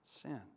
sin